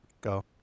Go